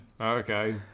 okay